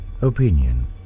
opinion